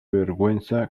vergüenza